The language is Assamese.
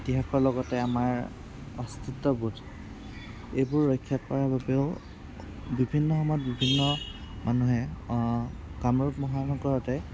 ইতিহাসৰ লগতে আমাৰ অস্তিত্ৱবোধ এইবোৰ ৰক্ষা কৰাৰ বাবেও বিভিন্ন সময়ত বিভিন্ন মানুহে কামৰূপ মহানগৰতে